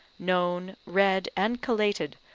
known, read, and collated,